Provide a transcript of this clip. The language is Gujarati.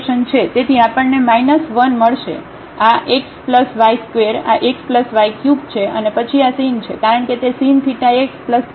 તેથી આપણને 1 મળશે આ x y² આ x y³ છે અને પછી આ sin છે કારણ કે તે sin θ x θ y માં પણ કોમન હતું